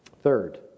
Third